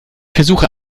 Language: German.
versuche